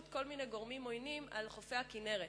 כל מיני גורמים עוינים על חופי הכינרת.